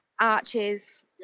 arches